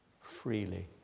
freely